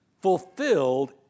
fulfilled